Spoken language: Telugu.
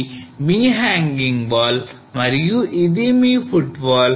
ఇది మీ hanging wall మరియు ఇది మీ footwall